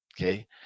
okay